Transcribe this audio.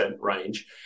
range